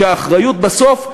שהאחריות בסוף,